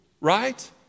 right